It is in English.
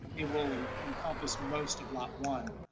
it will will encompass most of lot one.